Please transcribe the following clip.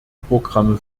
programme